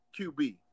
QB